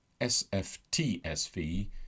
sftsv